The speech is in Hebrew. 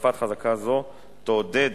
הוספת חזקה זו תעודד